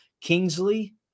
Kingsley